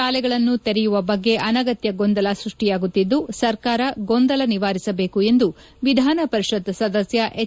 ಶಾಲೆಗಳನ್ನು ತೆರೆಯುವ ಬಗ್ಗೆ ಅನಗತ್ಯ ಗೊಂದಲ ಸೃಷ್ಟಿಯಾಗುತ್ತಿದ್ದು ಸರ್ಕಾರ ಗೊಂದಲ ನಿವಾರಿಸಬೇಕು ಎಂದು ವಿಧಾನಪರಿಷತ್ ಸದಸ್ಯ ಎಚ್